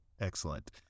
excellent